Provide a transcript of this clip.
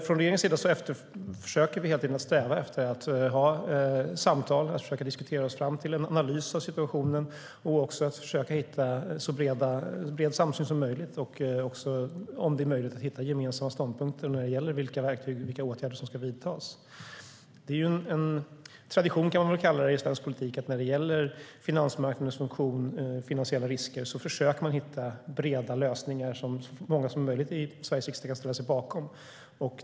Från regeringens sida försöker vi alltså hela tiden sträva efter att ha samtal, försöka diskutera oss fram till en analys av situationen, försöka hitta en så bred samsyn som möjligt och, om det är möjligt, också hitta gemensamma ståndpunkter när det gäller vilka verktyg vi ska ha och vilka åtgärder som ska vidtas. Det är en tradition, kan man väl kalla det, i svensk politik att man när det gäller finansmarknadens funktion och finansiella risker försöker hitta breda lösningar som så många som möjligt i Sveriges riksdag kan ställa sig bakom.